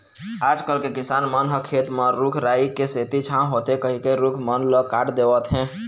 आजकल के किसान मन ह खेत म रूख राई के सेती छांव होथे कहिके रूख मन ल काट देवत हें